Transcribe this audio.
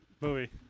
Movie